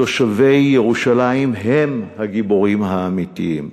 תושבי ירושלים הם הגיבורים האמיתיים.